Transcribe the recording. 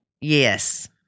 Yes